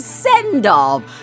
send-off